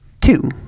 two